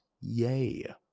Yay